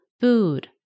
Food